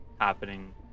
happening